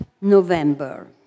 November